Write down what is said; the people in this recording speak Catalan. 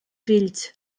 fills